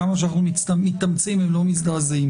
כמה שאנחנו מתאמצים הם לא מזדעזעים.